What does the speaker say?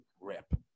rip